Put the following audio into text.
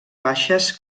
baixes